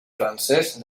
francès